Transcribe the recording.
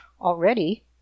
Already